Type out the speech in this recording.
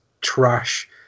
trash